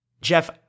Jeff